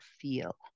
feel